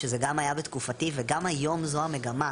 שזה גם היה בתקופתי וגם היום זו המגמה,